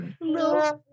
No